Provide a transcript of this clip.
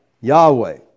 Yahweh